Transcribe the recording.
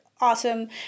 awesome